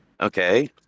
Okay